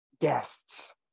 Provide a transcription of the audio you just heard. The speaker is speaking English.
guests